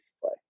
play